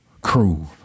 crew